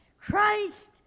Christ